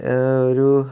ഒരു